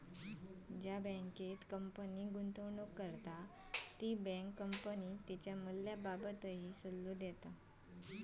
ज्या बँकेत कंपनी गुंतवणूक करता ती बँक कंपनीक तिच्या मूल्याबाबतही सल्लो देता